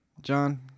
John